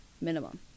minimum